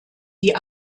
die